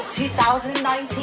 2019